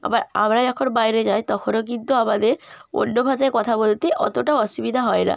আবার আমরা যখন বাইরে যাই তখনো কিন্তু আমাদের অন্য ভাষায় কথা বলতে অতটাও অসুবিধা হয় না